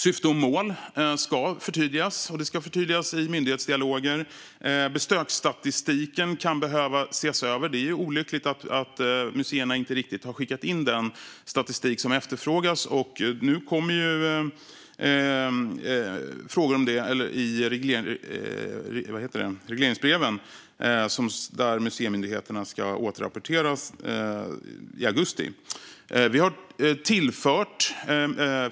Syfte och mål ska förtydligas, och det ska förtydligas i myndighetsdialoger. Besöksstatistiken kan behöva ses över; det är olyckligt att museerna inte riktigt har skickat in den statistik som efterfrågas. Nu kommer frågor om det i regleringsbreven, och museimyndigheterna ska återrapportera i augusti.